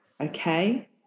okay